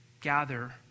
gather